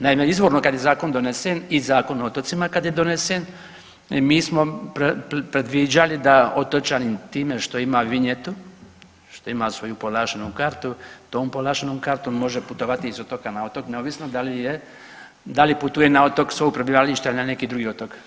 Naime, izvorno kad je zakon donesen i Zakon o otocima kad je donesen mi smo predviđali da otočanin time što ima vinjetu, što ima svoju povlaštenu kartu tom povlaštenom kartom može putovati sa otoka na otok neovisno da li putuje na otok sa svog prebivališta ili na neki drugi otok.